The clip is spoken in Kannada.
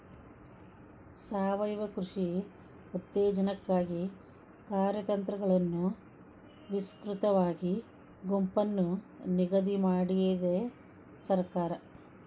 ಸಾವಯವ ಕೃಷಿ ಉತ್ತೇಜನಕ್ಕಾಗಿ ಕಾರ್ಯತಂತ್ರಗಳನ್ನು ವಿಸ್ತೃತವಾದ ಗುಂಪನ್ನು ನಿಗದಿ ಮಾಡಿದೆ ಸರ್ಕಾರ